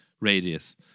radius